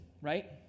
right